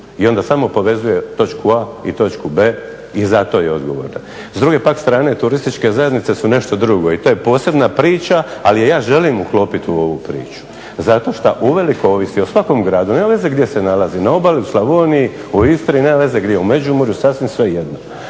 i onda samo povezuje točku a i točku b i zato je odgovorna. S druge pak strane turističke zajednice su nešto drugo i to je posebna priča ali je ja želim uklopiti u ovu priču zato što uvelike ovisi o svakom gradu, nema veze gdje se nalazi na obali u Slavoniji, u Istri, nema veze gdje, u Međimurju sasvim svejedno,